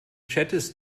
chattest